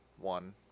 one